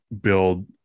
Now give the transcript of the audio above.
build